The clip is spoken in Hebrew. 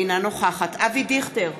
אינה נוכחת אבי דיכטר,